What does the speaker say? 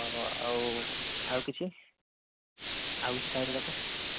ହଉ ହଉ ଆଉ ଆଉ କିଛି ତା ଦେହରେ ଦରକାର